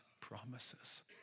promises